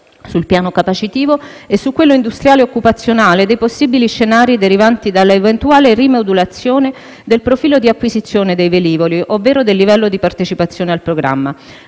sul piano delle capacità e su quello industriale e occupazionale - dei possibili scenari derivanti dalla eventuale rimodulazione del profilo di acquisizione dei velivoli, ovvero del livello di partecipazione al programma.